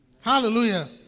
Hallelujah